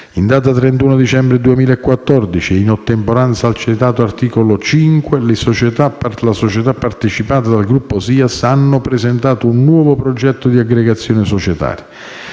In data 31 dicembre 2014 e in ottemperanza al citato articolo 5, le società partecipate dal gruppo SIAS hanno presentato un nuovo progetto di aggregazione societaria.